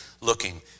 looking